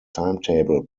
timetable